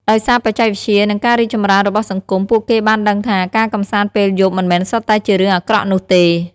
ដោយសារបច្ចេកវិទ្យា និងការរីកចម្រើនរបស់សង្គម ពួកគេបានដឹងថា ការកម្សាន្តពេលយប់មិនមែនសុទ្ធតែជារឿងអាក្រក់នោះទេ។